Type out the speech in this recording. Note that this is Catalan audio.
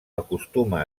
acostuma